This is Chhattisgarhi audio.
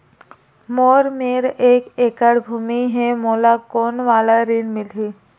मोर मेर एक एकड़ भुमि हे मोला कोन वाला ऋण मिलही?